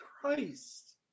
Christ